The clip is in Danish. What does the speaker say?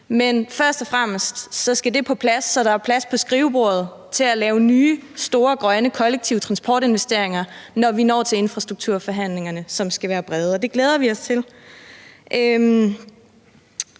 men først og fremmest skal det på plads, så der er plads på skrivebordet til at lave nye store, grønne kollektive transportinvesteringer, når vi når til infrastrukturforhandlingerne, som skal være brede. Og det glæder vi os til.